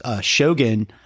Shogun